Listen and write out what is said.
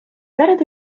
серед